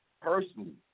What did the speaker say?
personally